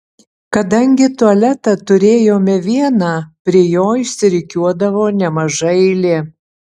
kadangi tualetą turėjome vieną prie jo išsirikiuodavo nemaža eilė